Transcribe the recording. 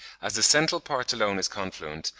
as the central part alone is confluent,